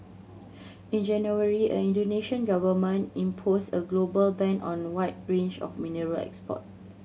in January a Indonesian Government imposed a global ban on a wide range of mineral export